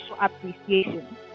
appreciation